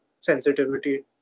sensitivity